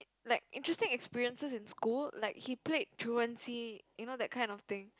like interesting experiences in school like he played truancy you know that kind of thing